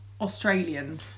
Australian